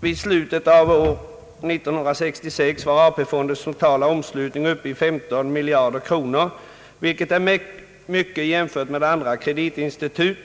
Vid slutet av år 1966 var AP fondens totala omslutning uppe i 15 miljarder kronor, vilket är mycket jämfört med andra kreditinstitut.